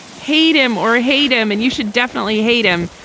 hate him or hate him and you should definitely hate him.